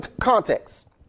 context